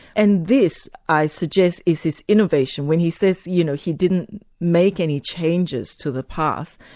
and this i suggest is his innovation, when he says you know he didn't make any changes to the past.